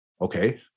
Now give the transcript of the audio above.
Okay